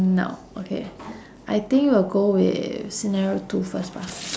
no okay I think we'll go with scenario two first bah